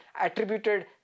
attributed